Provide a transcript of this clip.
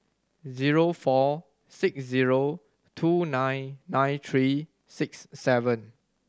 zero four six zero two nine nine three six seven